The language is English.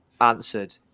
answered